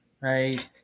right